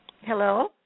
Hello